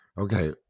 Okay